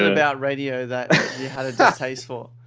it about radio that you had a distaste for?